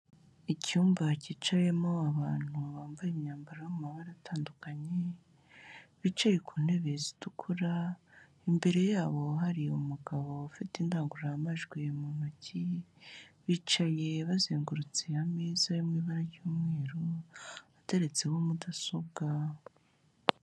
Icyumba cyicayemo abantu bambaye imyambaro yo mu mabara atandukanye, bicaye ku ntebe zitukura, imbere yabo hari umugabo ufite indangururamajwi mu ntoki, bicaye bazengurutse ameza yo mu ibara ry'umweru, ateretseho mudasobwa.